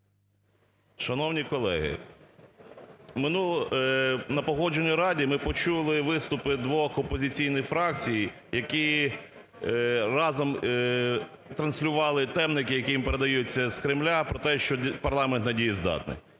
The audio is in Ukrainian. Шановні колеги, на Погоджувальній раді ми почули виступи двох опозиційних фракцій, які разом транслювали темники, які їм передаються з Кремля, про те, що парламент недієздатний,